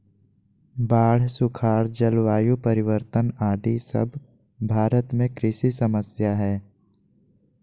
बाढ़, सुखाड़, जलवायु परिवर्तन आदि सब भारत में कृषि समस्या हय